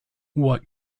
what